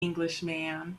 englishman